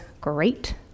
great